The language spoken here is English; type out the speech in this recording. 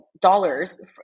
dollars